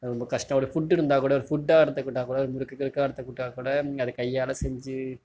ரொம்ப கஷ்டம் ஒரு ஃபுட்டு இருந்தால் கூட ஃபுட்டாக எடுத்துக்கிட்டால் கூட முறுக்கு கிறுக்கா எடுத்துக்கிட்டால் கூட நீங்கள் அதை கையால் செஞ்சு